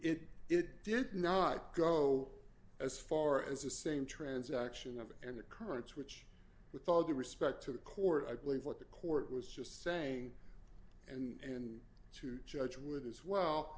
it it did not go as far as the same transaction of it and the currents which with all due respect to the court i believe what the court was just saying and to judge would as well